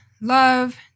love